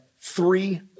three